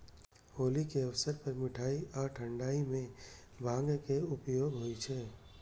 होली के अवसर पर मिठाइ आ ठंढाइ मे भांगक उपयोग होइ छै